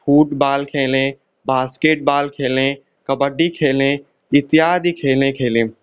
football खेलें basketball खेलें कबड्डी खेलें इत्यादि खेले खेलें